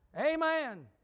Amen